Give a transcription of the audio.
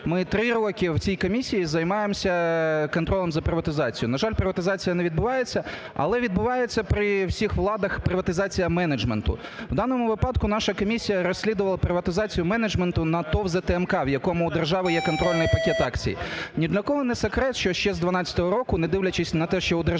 Ми 3 роки в цій комісії займаємося контролем за приватизацією. На жаль, приватизація не відбувається, але відбувається при всіх владах приватизація менеджменту. У даному випадку наша комісія розслідувала приватизацію менеджменту на ТОВ "ЗТМК", в якому у держави є контрольний пакет акцій. Ні для кого не секрет, що ще з 2012 року, не дивлячись на те, що у держави